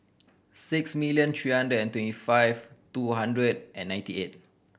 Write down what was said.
six million three hundred and twenty five two hundred and ninety eight